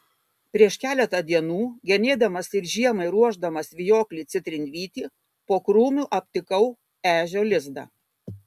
prieš keletą dienų genėdamas ir žiemai ruošdamas vijoklį citrinvytį po krūmu aptikau ežio lizdą